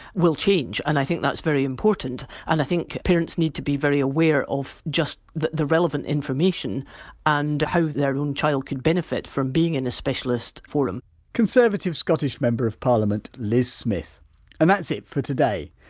will change. and i think that's very important. and i think parents need to be very aware of just the the relevant information and how their own child could benefit from being in a specialist forum conservative scottish member of parliament liz smith and that's it for today.